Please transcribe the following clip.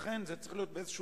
לכן זה צריך להיות באיזה איזון.